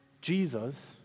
Jesus